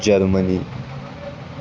Germany